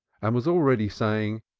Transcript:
and was already saying,